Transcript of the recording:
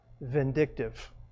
Vindictive